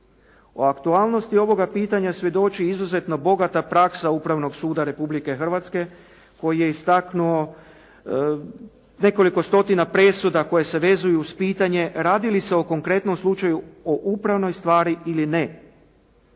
O aktualnosti ovoga pitanja svjedoči izuzetno bogata praksa upravnog suda Republike Hrvatske koji je istaknuo nekoliko stotina presuda koje se vezuju uz pitanje radi li se u konkretnom slučaju o upravnoj stvari ili ne?